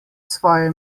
svoje